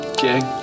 Okay